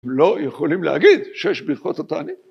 ‫הם לא יכולים להגיד ‫שיש בבקשה את הטענית.